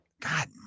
God